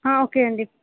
okay అండి